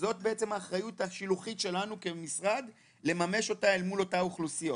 זאת האחריות השיוכית שלנו כמשרד לממש אותה אל מול אותן אוכלוסיות.